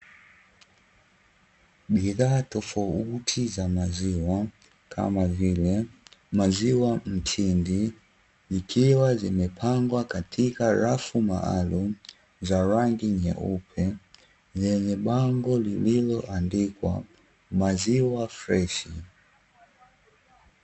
Bidhaa tofauti za maziwa kama vile maziwa mtindi, zikiwa zimepangwa katika rafu maalumu za rangi nyeupe, zenye bango lililoandikwa maziwa freshi.